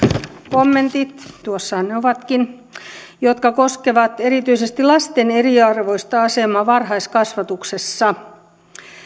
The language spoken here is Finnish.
kommentit tuossahan ne ovatkin jotka koskevat erityisesti lasten eriarvoista asemaa varhaiskasvatuksessa